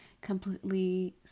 completely